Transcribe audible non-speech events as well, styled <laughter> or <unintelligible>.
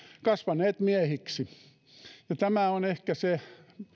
kasvaneet miehiksi ja tämä on ehkä se <unintelligible>